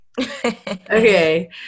Okay